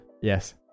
yes